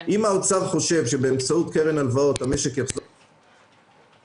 אם האוצר חושב שבאמצעות קרן הלוואות המשק יחזור לפעילות מלאה,